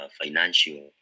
financial